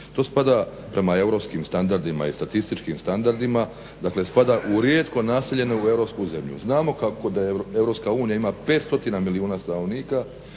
To spada po europskim standardima i statističkim standardima spada u rijetko naseljenu europsku zemlju. Znamo da EU ima 500 milijuna stanovnika